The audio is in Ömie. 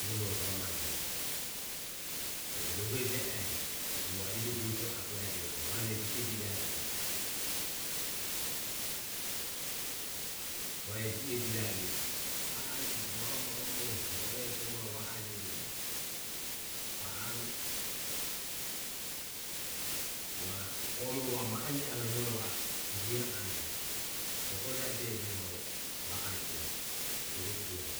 Nunoho bamajeji. O rehue je oho hu bogo ijo gurutoroho abuejaje hu ma van vae ju e bijaje. Hu ehi ju e bijaje bogo ma u emuoho ore ego bovie va a jeji. Va oromo va oe omo omoho va o ma ene ohuro va o bijioho anue. Bogo jade iae hu va a e ere e gemu